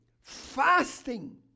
fasting